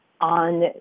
on